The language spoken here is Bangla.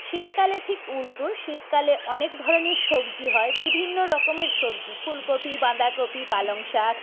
শীতকালে ঠিক উলটো শীতকালে অনেক ধরনের সবজি হয় বিভিন্ন রকমের সবজি ফুলকপি বাঁধাকপি পালং শাক